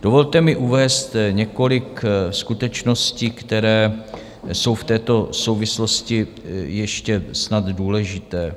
Dovolte mi uvést několik skutečnosti, které jsou v této souvislosti ještě snad důležité.